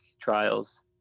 trials